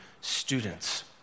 students